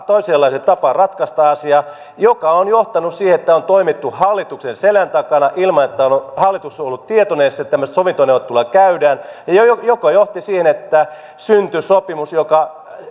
toisenlaiseen tapaan ratkaista asia joka on johtanut siihen että on toimittu hallituksen selän takana ilman että hallitus on ollut tietoinen edes että tämmöistä sovintoneuvottelua käydään ja joka johti siihen että syntyi sopimus joka